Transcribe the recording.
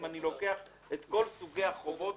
אם אני לוקח את כל סוגי החובות,